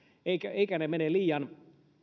eivätkä eivätkä ne mene liian